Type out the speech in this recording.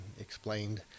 explained